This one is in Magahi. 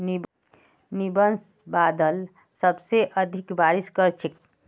निंबस बादल सबसे अधिक बारिश कर छेक